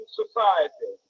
society